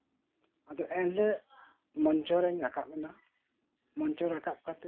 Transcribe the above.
ᱟᱫᱚ ᱮᱱᱦᱤᱞᱳᱜ ᱢᱚᱧᱪᱚᱨᱮᱧ ᱨᱟᱠᱟᱵᱱᱟ ᱢᱚᱧᱪᱚ ᱨᱮ ᱨᱟᱠᱟᱵᱽ ᱠᱟᱛᱮᱜ